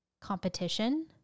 competition